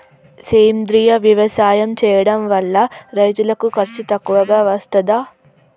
సేంద్రీయ వ్యవసాయం చేయడం వల్ల రైతులకు ఖర్చు తక్కువగా వస్తదా?